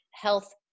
health